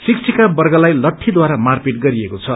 शिक्षिकावर्गलाई लट्टीद्वारा मारपिट गरिएको छ